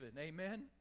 Amen